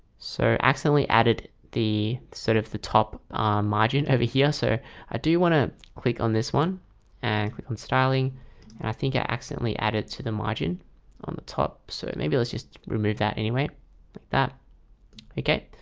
so accidentally added the sort of the top margin over here so i do want to click on this one and click on styling and i think i accidentally added to the margin on the top. so it maybe let's just remove that anyway like that okay,